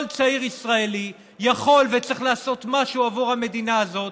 צעיר ישראלי יכול וצריך לעשות משהו עבור המדינה הזאת,